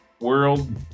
world